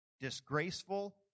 disgraceful